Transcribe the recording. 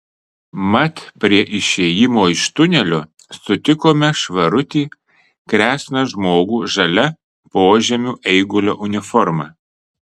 mat prie išėjimo iš tunelio sutikome švarutį kresną žmogų žalia požemių eigulio uniforma